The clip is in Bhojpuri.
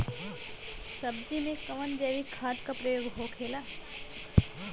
सब्जी में कवन जैविक खाद का प्रयोग होखेला?